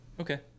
Okay